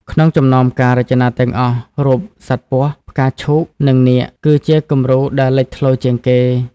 ក្នុងចំណោមការរចនាទាំងអស់ រូបសត្វពស់ ផ្កាឈូក និងនាគ គឺជាគំរូដែលលេចធ្លោជាងគេ។